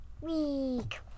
week